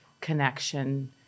connection